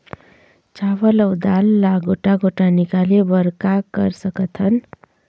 चावल अऊ दाल ला गोटा गोटा निकाले बर का कर सकथन?